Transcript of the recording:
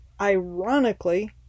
Ironically